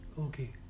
Okay